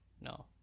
no